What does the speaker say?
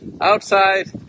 outside